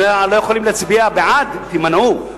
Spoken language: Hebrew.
אם אתם לא יכולים להצביע בעד, אז תימנעו.